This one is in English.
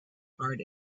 heart